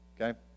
Okay